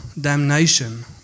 damnation